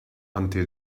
until